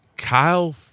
Kyle